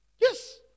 Yes